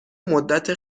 مدت